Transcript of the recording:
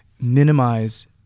minimize